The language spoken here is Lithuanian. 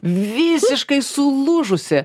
visiškai sulūžusi